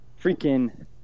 Freaking